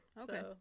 okay